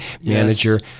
manager